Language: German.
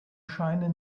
scheine